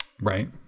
Right